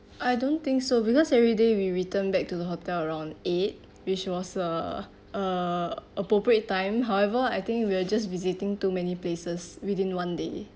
I don't think so because everyday we return back to the hotel around eight which was uh uh appropriate time however I think we're just visiting too many places within one day